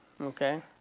okay